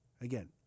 Again